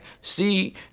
See